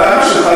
זו הטענה שלך,